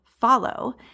follow